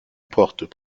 portent